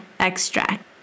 extract